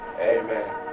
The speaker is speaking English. amen